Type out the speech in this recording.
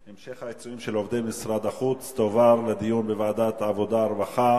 ההצעה להעביר את הנושא לוועדת העבודה, הרווחה